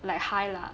like high 了